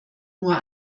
nur